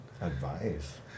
Advice